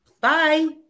bye